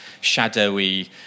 shadowy